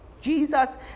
Jesus